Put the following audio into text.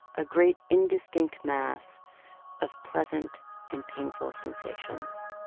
a great indistinct mass of pleasant and painful sensations